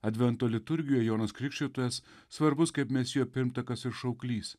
advento liturgijoj jonas krikštytojas svarbus kaip mesijo pirmtakas ir šauklys